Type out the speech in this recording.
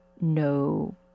no